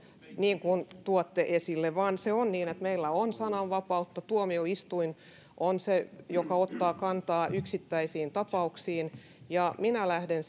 niin kuin sen tuotte esille vaan se on niin että meillä on sananvapautta tuomioistuin on se joka ottaa kantaa yksittäisiin tapauksiin ja minä lähden